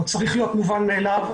או צריך להיות מובן מאיליו,